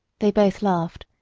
they both laughed,